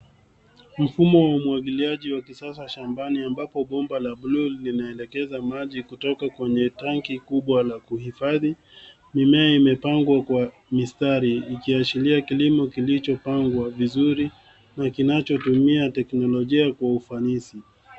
Mfumo wa umwagiliaji wa kisasa shambani ambapo bomba la buluu linaelekeza maji kutoka kwenye tanki kubwa la kuhifadhi. Mimea imepangwa kwa mistari ikiashiria kilimo kilichopangwa vizuri na kinachotumia teknolojia kwa ufanisi.